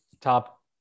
top